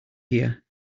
here